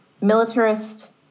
militarist